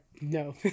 no